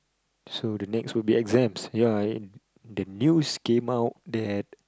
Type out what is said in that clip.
so the next would be exams ya the news came out that